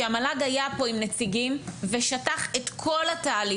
כי המל"ג היה פה עם נציגים ושטח את כל התהליך,